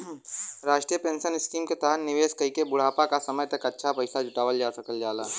राष्ट्रीय pension scheme के तहत निवेश कइके बुढ़ापा क समय तक अच्छा पैसा जुटावल जा सकल जाला